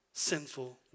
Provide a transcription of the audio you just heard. Sinful